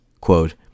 Quote